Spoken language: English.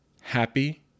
happy